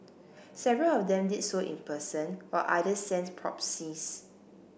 several of them did so in person while others sent proxies